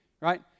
right